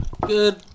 Good